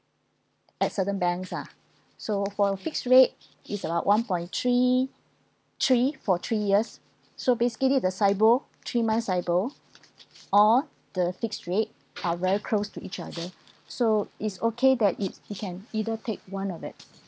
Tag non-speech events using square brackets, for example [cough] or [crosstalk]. at certain banks ah so for a fixed rate is about one point three three for three years so basically the SIBOR three months SIBOR or the fixed rate are very close to each other [breath] so it's okay that it's you can either take one of it